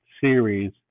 series